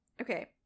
Okay